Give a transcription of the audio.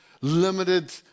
limited